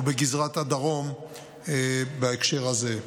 ובגזרת הדרום בהקשר הזה.